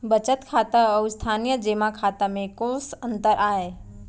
बचत खाता अऊ स्थानीय जेमा खाता में कोस अंतर आय?